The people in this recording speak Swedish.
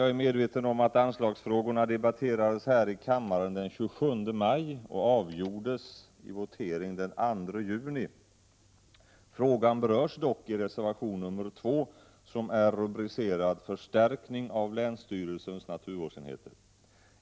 Jag är medveten om att anslagsfrågorna debatterades här i kammaren den 27 maj och avgjordes i votering den 2 juni. Frågan berörs dock i reservation nr 2 som är rubricerad ”Förstärkning av länsstyrelsernas naturvårdsenheter”.